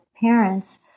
parents